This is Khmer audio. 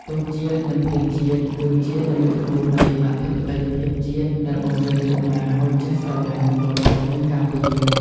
ទង់ជាតិ និងភ្លេងជាតិ គឺជានិមិត្តរូបនៃអធិបតេយ្យភាពជាតិ ដែលបង្រៀនកុមារឲ្យចេះស្រឡាញ់ គោរព និងការពារ។